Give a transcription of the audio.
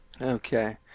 Okay